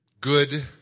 good